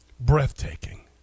breathtaking